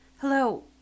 Hello